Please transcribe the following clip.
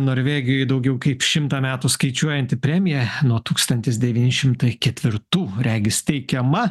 norvegijoj daugiau kaip šimtą metų skaičiuojanti premija nuo tūkstantis devyni šimtai ketvirtų regis teikiama